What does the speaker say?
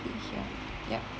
ya